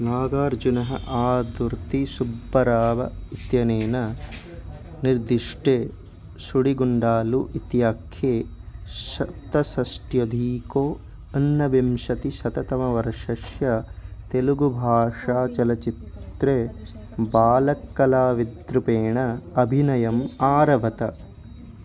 नागार्जुनः आदुर्ति सुब्बाराव् इत्यनेन निर्दिष्टे सुडिगुण्डालु इत्याख्ये सप्तषष्ट्यधिक ऊनविंशतिशततमवर्षस्य तेलुगुभाषाचलच्चित्रे बालकलाविद्रूपेण अभिनयम् आरभत